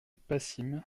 passim